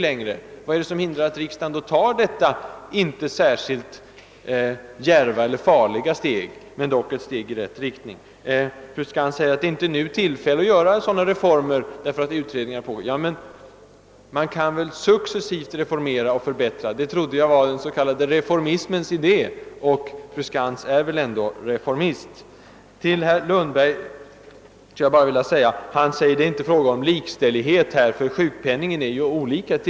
Varför kan då inte riksdagen ta detta inte särskilt djärva eller farliga steg, som dock går i rätt riktning? Fru Skantz anser att det inte nu är tillfälle att göra sådana reformer, eftersom utredningar pågår, men man kan ju successivt reformera och förbättra. Det trodde jag var den s.k. reformismens idé, och fru Skantz är väl ändå reformist? Herr Lundberg säger att det inte är fråga om likställighet, eftersom tilläggssjukpenningen är olika.